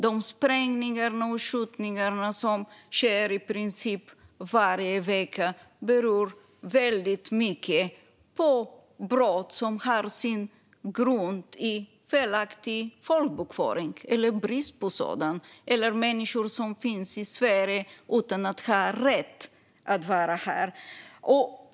De sprängningar och skjutningar som sker i princip varje vecka beror till stor del på brott som har sin grund i felaktig och bristfällig folkbokföring och i att människor befinner sig i Sverige utan att har rätt till det.